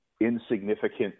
insignificant